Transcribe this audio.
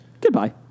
Goodbye